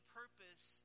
purpose